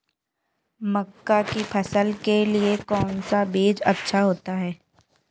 मक्का की फसल के लिए कौन सा बीज अच्छा होता है?